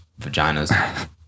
vaginas